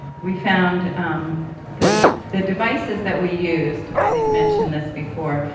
we found the the devices that we used, i didn't mention this before,